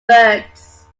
birds